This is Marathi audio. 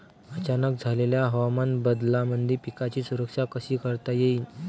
अचानक झालेल्या हवामान बदलामंदी पिकाची सुरक्षा कशी करता येईन?